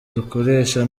dukoresha